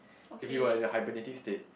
if you are in a hibernating state